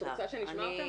את רוצה שנשמע אותם?